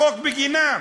החוק בגינם,